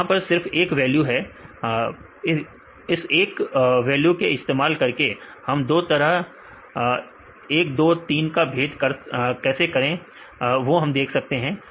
यह सिर्फ एक वैल्यू है इस एक वालों का इस्तेमाल करके हम दो तरह एक दो तीन का भेद कैसे कर सकते हैं